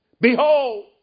Behold